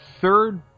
third